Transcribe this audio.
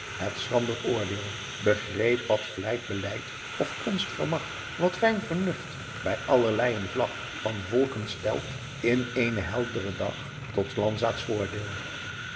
het schrander oordeel begreep wat vlijt beleid of konst vermag wat fijn vernust bij allerleijen flag van volken stelt in eenen heldren dag tot s landzaats voordeel